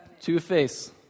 Two-Face